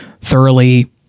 thoroughly